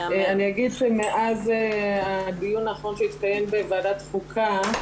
אני אגיד, מאז הדיון האחרון שהסתיים בוועדת חוקה,